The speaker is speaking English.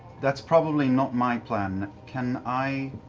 that's probably not my plan. can i